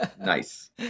Nice